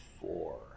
four